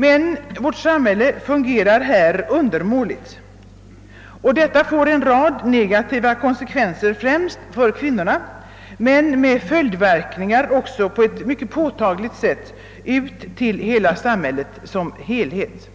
Men vårt samhälle fungerar här undermåligt, och detta får en rad negativa konsekvenser, främst för kvinnorna, men med följdverkningar också på ett mycket påtagligt sätt ut till samhället som helhet.